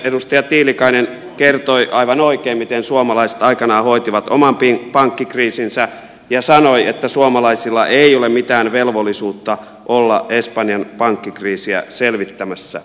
edustaja tiilikainen kertoi aivan oikein miten suomalaiset aikanaan hoitivat oman pankkikriisinsä ja sanoi että suomalaisilla ei ole mitään velvollisuutta olla espanjan pankkikriisiä selvittämässä